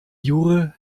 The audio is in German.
jure